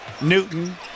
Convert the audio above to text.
Newton